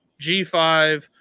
G5